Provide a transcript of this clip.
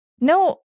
No